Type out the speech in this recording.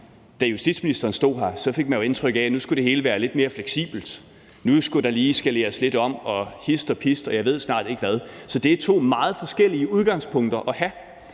Da justitsministeren stod her, fik man jo indtryk af, at nu skulle det hele være lidt mere fleksibelt; nu skulle der lige skaleres lidt op og ned hist og pist, og jeg ved snart ikke hvad. Så det er to meget forskellige udgangspunktet at have.